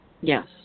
Yes